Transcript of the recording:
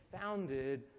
founded